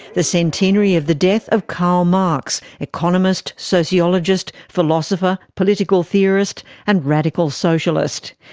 the centenary of the death of karl marx economist, sociologist, philosopher, political theorist and radical socialist.